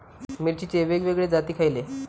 मिरचीचे वेगवेगळे जाती खयले?